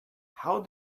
how